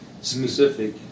specific